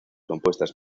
compuestas